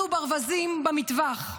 אנחנו ברווזים במטווח.